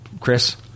Chris